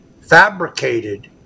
fabricated